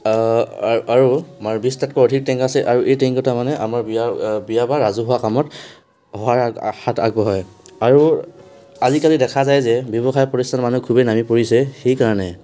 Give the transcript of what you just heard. আৰু আমাৰ বিশটাতকৈ অধিক টেংক আছে আৰু এই টেংককেইটা মানে আমাৰ বিয়াৰ বিয়া বা ৰাজহুৱা কামত সহায়ৰ হাত আগবঢ়ায় আৰু আজিকালি দেখা যায় যে ব্যৱসায় প্ৰতিষ্ঠান মানুহ খুবেই নামি পৰিছে সেইকাৰণে